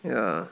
ya